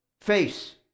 face